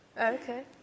okay